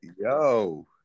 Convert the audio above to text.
Yo